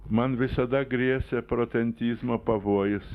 man visada grėsė protentizmo pavojus